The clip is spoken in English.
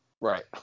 Right